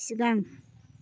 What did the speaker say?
सिगां